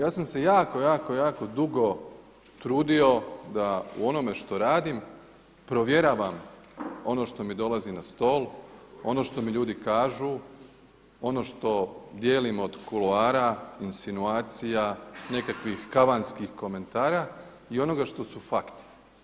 Ja sam se jako, jako dugo trudio da u onome što radim provjeravam ono što mi dolazi na stol, ono što mi ljudi kažu, ono što dijelim od kuloara, insinuacija, nekakvih kavanskih komentara i onoga što su fakti.